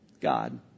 God